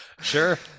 Sure